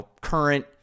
current